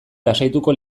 lasaituko